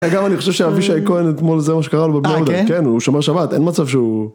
גם אני חושב שאבישי כהן אתמול זה מה שקרה לו בביולוגיה, כן הוא שמר שבת, אין מצב שהוא...